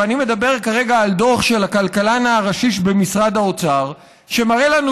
ואני מדבר כרגע על דוח של הכלכלן הראשי במשרד האוצר שמראה לנו